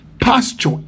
pasture